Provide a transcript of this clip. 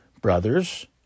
brothers